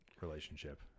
relationship